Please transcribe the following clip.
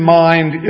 mind